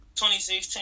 2016